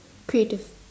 creative